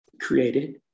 created